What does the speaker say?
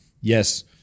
Yes